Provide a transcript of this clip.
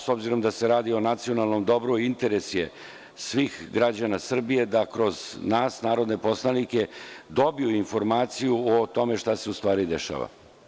S obzirom da se radi o nacionalnom dobru, interes je svih građana Srbije da kroz nas, narodne poslanike, dobiju informaciju o tome šta se u stvari dešava.